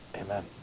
Amen